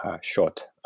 short